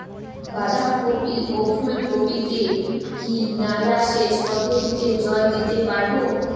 বাধা কপি ও ফুল কপি তে কি নালা সেচ পদ্ধতিতে জল দিতে পারবো?